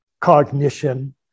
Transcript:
cognition